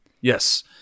Yes